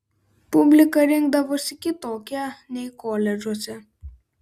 publika rinkdavosi kitokia nei koledžuose